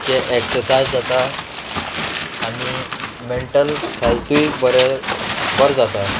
चे एक्सरसायज जाता आनी मेंटल हेल्थूय बरें बरें जाता